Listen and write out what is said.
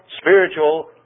spiritual